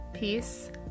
Peace